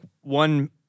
one